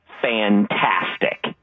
fantastic